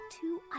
two